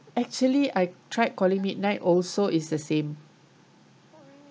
actually I tried calling midnight also it's the same